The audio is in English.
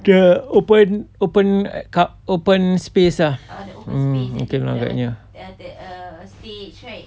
the open open car~ open space ah okay lah agaknya